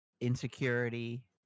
insecurity